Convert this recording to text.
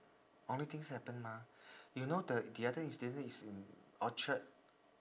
only things happen mah you know the the other incident is in orchard